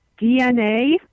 DNA